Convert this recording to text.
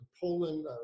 Poland